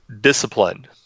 discipline